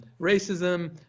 racism